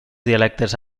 dialectes